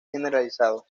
generalizado